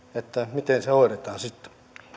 miten se sitten